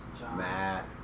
Matt